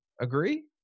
Agree